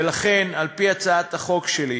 ולכן, על-פי הצעת החוק שלי,